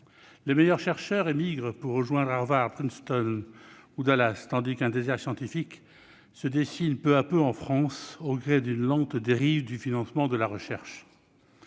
Les meilleurs chercheurs émigrent pour rejoindre Harvard, Princeton ou Dallas, tandis qu'un désert scientifique se dessine peu à peu en France, au gré d'une lente dérive du financement de la recherche.